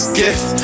gift